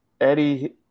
Eddie –